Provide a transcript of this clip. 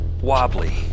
wobbly